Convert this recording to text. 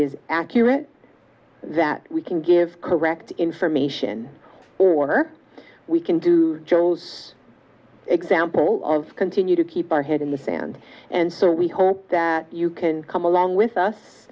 is accurate that we can give correct information or we can do joe's example of continue to keep our head in the sand and so we hope that you can come along with us